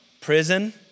prison